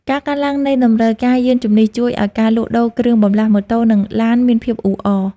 ការកើនឡើងនៃតម្រូវការយានជំនិះ ជួយឱ្យការលក់ដូរគ្រឿងបន្លាស់ម៉ូតូ និងឡានមានភាពអ៊ូអរ។